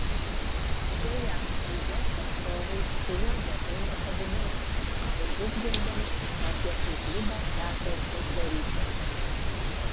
deja valdžios atstovai suuodę ėmė kabinėtis ir vizgirdoms tą pietų klubą teko uždaryti